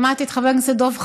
שמעתי את חבר הכנסת דב חנין,